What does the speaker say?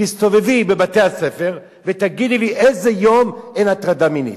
תסתובבי בבתי-הספר ותגידי לי איזה יום אין הטרדה מינית.